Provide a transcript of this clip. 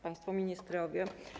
Państwo Ministrowie!